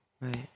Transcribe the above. Right